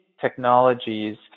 technologies